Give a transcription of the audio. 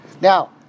Now